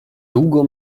długo